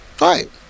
Right